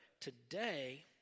today